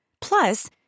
Plus